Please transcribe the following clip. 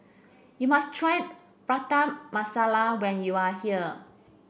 you must try Prata Masala when you are here